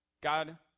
God